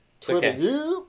Twitter